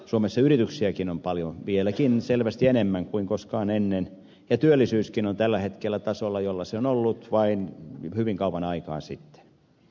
suomessa yrityksiäkin on vieläkin selvästi enemmän kuin koskaan ennen ja työllisyyskin on tällä hetkellä tasolla jolla se on ollut vain hyvin kauan aikaa sitten